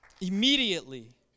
Immediately